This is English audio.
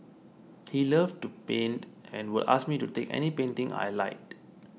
he loved to paint and would ask me to take any painting I liked